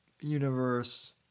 Universe